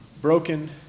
broken